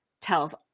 tells